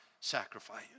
sacrifice